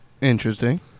Interesting